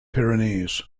pyrenees